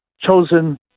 chosen